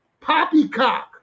Poppycock